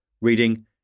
reading